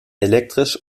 elektrisch